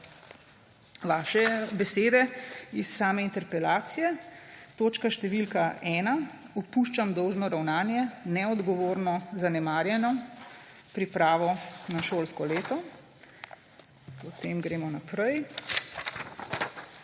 vaše besede iz same interpelacije. Točka številka 1: opuščam dolžno ravnanje, neodgovorno, zanemarjeno pripravo na šolsko leto. Potem gremo naprej.